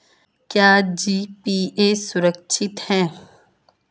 क्या जी.पी.ए सुरक्षित है?